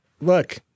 look